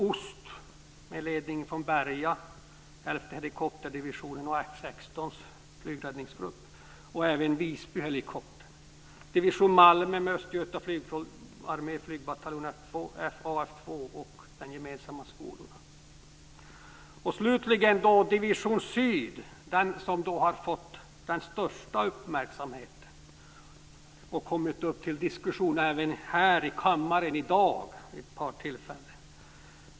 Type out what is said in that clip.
Om vi börjar norrifrån är det: Division syd, slutligen, har fått den största uppmärksamheten, och har kommit upp till diskussion även här i kammaren i dag vid ett par tillfällen.